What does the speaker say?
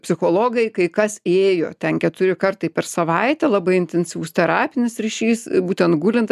psichologai kai kas ėjo ten keturi kartai per savaitę labai intensyvus terapinis ryšys būtent gulint